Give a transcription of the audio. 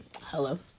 Hello